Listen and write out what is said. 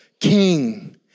King